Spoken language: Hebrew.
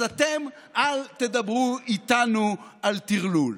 אז אתם אל תדברו איתנו על טרלול.